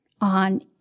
on